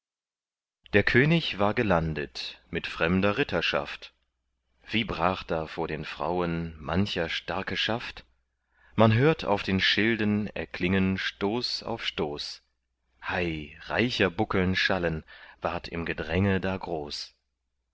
der könig war gelandet mit fremder ritterschaft wie brach da vor den frauen mancher starke schaft man hört auf den schilden erklingen stoß auf stoß hei reicher buckeln schallen ward im gedränge da groß